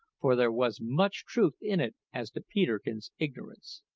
for there was much truth in it as to peterkin's ignorance.